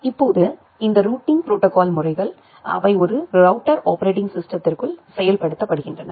இப்போது இந்த routing protocol முறைகள் அவை ஒரு ரௌட்டர் ஆப்பரேட்டிங் சிஸ்டத்திருக்குள் செயல்படுத்தப்படுகின்றன